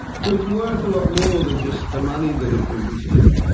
so it's worth a lot more than just the money that it brings in.